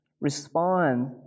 Respond